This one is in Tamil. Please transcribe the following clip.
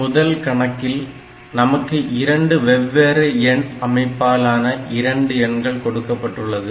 முதல் கணக்கில் நமக்கு 2 வெவ்வேறு எண் அமைப்பாலான இரண்டு எண்கள் கொடுக்கப்பட்டுள்ளது